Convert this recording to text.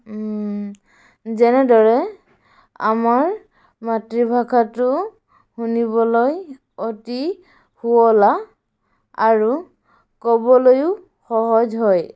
যেনেদৰে আমাৰ মাতৃভাষাটো শুনিবলৈ অতি শুৱলা আৰু ক'বলৈও সহজ হয়